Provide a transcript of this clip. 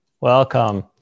welcome